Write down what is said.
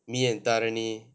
me and tharani